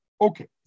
Okay